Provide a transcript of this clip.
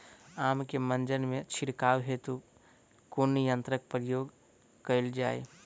आम केँ मंजर मे छिड़काव हेतु कुन यंत्रक प्रयोग कैल जाय?